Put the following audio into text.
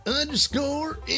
underscore